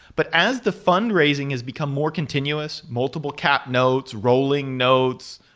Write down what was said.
but as the fundraising has become more continuous, multiple cap notes, rolling notes,